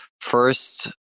first